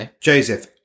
Joseph